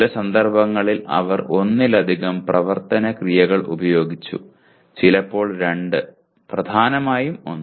ചില സന്ദർഭങ്ങളിൽ അവർ ഒന്നിലധികം പ്രവർത്തന ക്രിയകൾ ഉപയോഗിച്ചു ചിലപ്പോൾ രണ്ട് പ്രധാനമായും ഒന്ന്